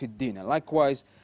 likewise